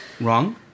Wrong